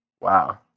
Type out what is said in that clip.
Wow